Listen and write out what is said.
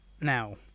Now